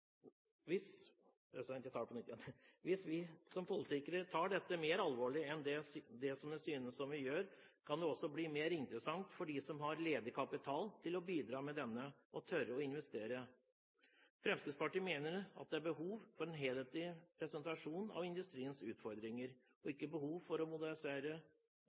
Hvis vi som politikere tar dette mer alvorlig enn det synes som vi gjør, kan det også bli mer interessant for dem som har ledig kapital, å bidra med denne og tørre å investere. Fremskrittspartiet mener at det er behov for en helhetlig presentasjon av industriens utfordringer, og behov for å modernisere